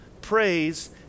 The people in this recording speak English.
praise